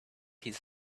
his